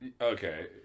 okay